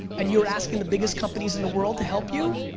and you're asking the biggest companies in the world to help you,